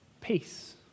peace